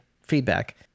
feedback